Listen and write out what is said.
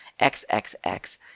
xxx